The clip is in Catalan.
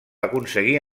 aconseguir